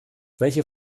welche